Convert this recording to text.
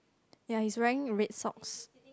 ya he's wearing red socks